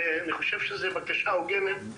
ואני חושב שזו בקשה הוגנת,